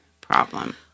problem